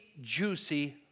juicy